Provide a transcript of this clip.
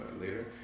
later